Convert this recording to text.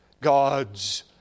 God's